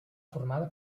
formada